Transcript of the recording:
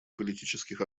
политических